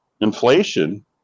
Inflation